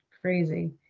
crazy